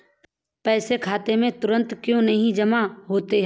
पैसे खाते में तुरंत क्यो नहीं जमा होते हैं?